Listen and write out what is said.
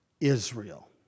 Israel